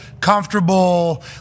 comfortable